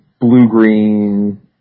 blue-green